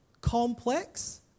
complex